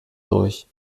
durch